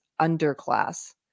underclass